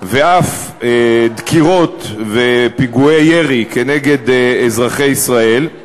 ואף דקירות ופיגועי ירי כנגד אזרחי ישראל,